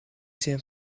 zijn